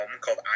called